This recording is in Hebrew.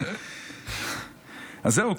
אז זהו,